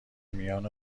میان